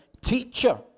Teacher